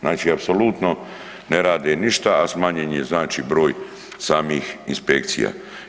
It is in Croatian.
Znači apsolutno ne rade ništa, a smanjen je znači broj samih inspekcija.